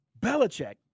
Belichick